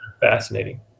fascinating